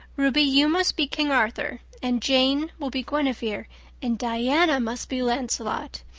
ruby, you must be king arthur and jane will be guinevere and diana must be lancelot.